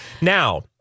now